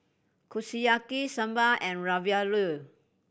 Kushiyaki Sambar and Ravioli